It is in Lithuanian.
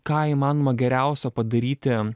ką įmanoma geriausio padaryti